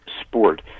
sport